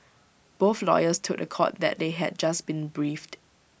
both lawyers told The Court that they had just been briefed